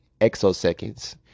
exoseconds